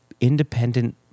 independent